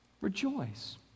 Rejoice